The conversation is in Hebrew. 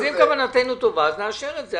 אם כוונתנו טובה, אז נאשר את זה.